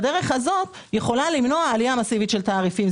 בדרך הזאת היא יכולה למנוע עלייה מסיבית של תעריפים.